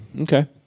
Okay